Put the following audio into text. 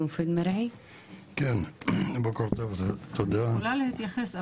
אני יכולה להתייחס,